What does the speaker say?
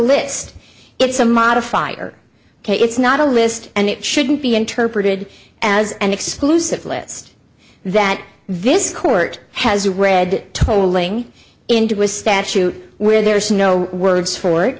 list it's a modifier it's not a list and it shouldn't be interpreted as an exclusive list that this court has read tolling into a statute where there are no words for it